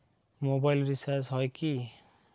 Mobile recharge হয় কি?